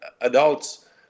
adults